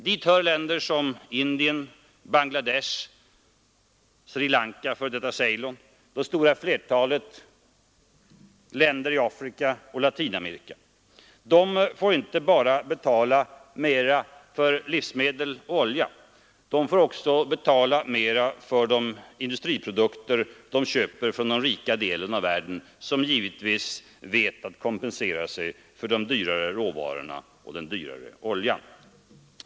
Dit hör länder som Indien, Bangladesh, Sri Lanka — f.d. Ceylon — och det stora flertalet länder i Afrika och Latinamerika. De får inte bara betala mer för livsmedel och olja, de får också betala mer för de industriprodukter de köper från den rika delen av världen, som naturligtvis vet att kompensera sig för de dyrare råvarorna och den dyrare oljan.